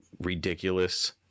ridiculous